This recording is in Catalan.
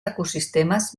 ecosistemes